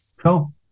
Cool